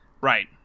Right